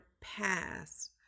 past